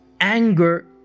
anger